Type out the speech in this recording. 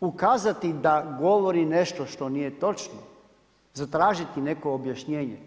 ukazati da govori nešto što nije točno, zatražiti neko objašnjenje.